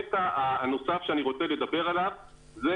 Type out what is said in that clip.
ההיבט הנוסף שאני רוצה לדבר עליו זה